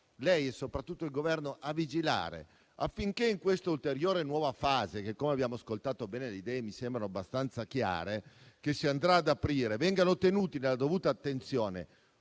lei e soprattutto il Governo a vigilare affinché in questa ulteriore nuova fase - da quanto abbiamo ascoltato, le idee mi sembrano abbastanza chiare - che si andrà ad aprire, vengano tenuti nella dovuta attenzione